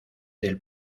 del